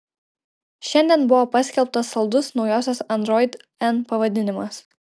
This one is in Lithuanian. šiandien buvo paskelbtas saldus naujosios android n pavadinimas